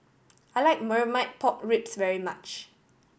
I like Marmite Pork Ribs very much